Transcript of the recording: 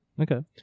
Okay